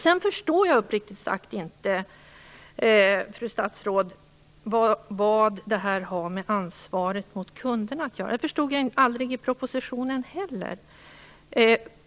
Jag förstår uppriktigt sagt inte, fru statsråd, vad detta har med ansvaret mot kunderna att göra. Det förstod jag heller aldrig när jag läste propositionen.